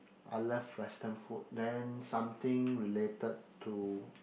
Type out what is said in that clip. I love western food then something related to